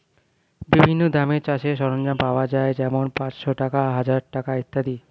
বিভিন্ন দামের চাষের সরঞ্জাম পাওয়া যায় যেমন পাঁচশ টাকা, হাজার টাকা ইত্যাদি